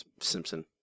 Simpson